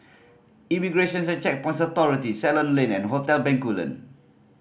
Immigrations and Checkpoints Authority Ceylon Lane and Hotel Bencoolen